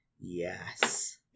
Yes